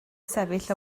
sefyll